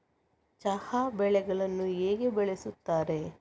ಚಹಾ ಬೆಳೆಯನ್ನು ಹೇಗೆ ಬೆಳೆಯುತ್ತಾರೆ?